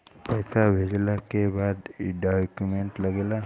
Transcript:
पैसा भेजला के का डॉक्यूमेंट लागेला?